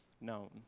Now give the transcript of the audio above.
known